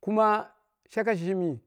Kuma shakka shimi